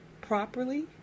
properly